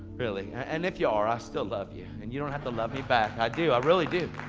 really. and if you are, i still love you, and you don't have to love me back. i do. i really do.